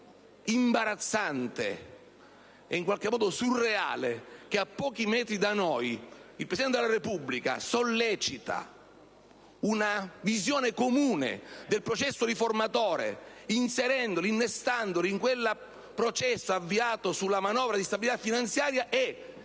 E' imbarazzante, e in qualche modo surreale, che, mentre a pochi metri da noi il Presidente della Repubblica sollecita una visione comune del processo riformatore inserendolo nel processo avviato sulla manovra di stabilità finanziaria,